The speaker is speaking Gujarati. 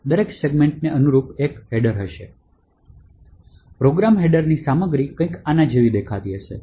દરેક સેગમેન્ટને અનુરૂપ એક હેડર હશે તેથી પ્રોગ્રામ હેડરની સામગ્રી કંઈક આની જેમ દેખાશે